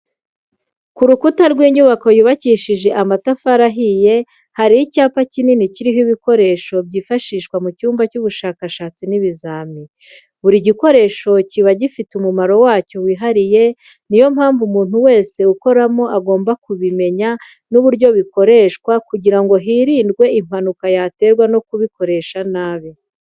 Ku rukuta rw'inyubako yubakishije amatafari ahiye hari icyapa kikini kiriho ibikoresho byifashishwa mu cyumba cy'ubushakashatsi n'ibizamini, buri gikoresho kiba gifite umumaro wacyo wihariye ni yo mpamvu umuntu wese ukoramo agomba kubimenya n'uburyo bikoreshwa kugira ngo hirindwe impanuka yaterwa no kubikoresha nabi.